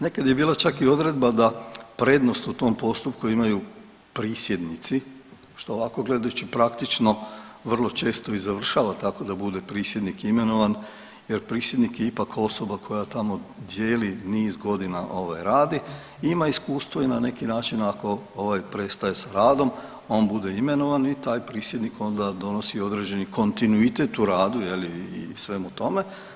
Nekad je bila čak i odredba da prednost u tom postupku imaju prisjednici što ovako gledajući praktično vrlo često i završava tako da bude prisjednik imenovan jer prisjednik je ipak osoba koja tamo dijeli, niz godina ovaj radi i ima iskustvo i na neki način ako ovaj prestaje s radom, a on bude imenovani i taj prisjednik onda donosi određeni kontinuitet u radu je li i svemu tome.